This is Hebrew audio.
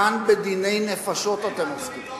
כאן, בדיני נפשות אתם עוסקים.